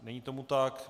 Není tomu tak.